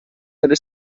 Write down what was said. delle